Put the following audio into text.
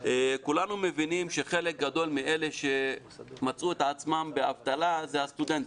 כולנו מבינים שחלק גדול מאלה שמצאו את עצמם באבטלה אלה הסטודנטים,